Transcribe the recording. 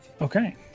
Okay